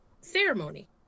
ceremony